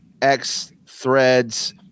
xthreads